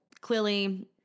clearly